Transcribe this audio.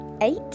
eight